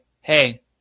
hey